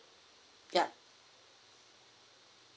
yup